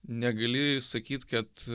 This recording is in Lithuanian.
negalėjai sakyti kad